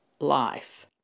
life